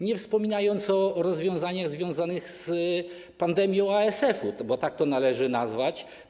Nie wspominam już o rozwiązaniach związanych z pandemią ASF-u, bo tak to należy nazwać.